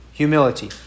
Humility